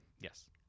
yes